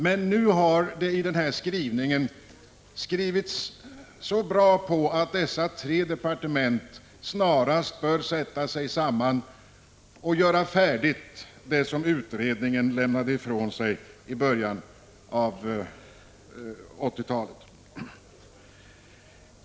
Det är bra att det nu i utskottets skrivning står att de tre departementen tillsammans snarast bör göra färdigt det arbete som utredningen lämnade ifrån sig i början av 1980-talet.